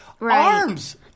arms